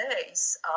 days